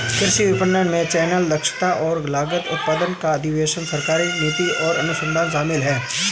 कृषि विपणन में चैनल, दक्षता और लागत, उत्पादक का अधिशेष, सरकारी नीति और अनुसंधान शामिल हैं